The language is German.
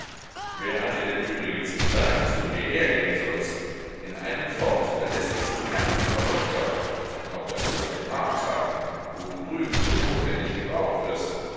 wer hat dir denn übrigens gesagt daß du hierher gehen sollst in einem fort belästigst du herrn und frau doktor noch dazu an den markttagen wo du drüben so notwendig gebraucht wirst